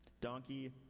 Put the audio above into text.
donkey